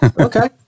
Okay